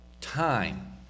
time